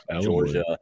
Georgia